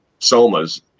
Soma's